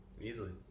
easily